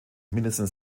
mindestens